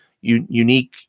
unique